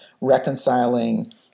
reconciling